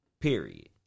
period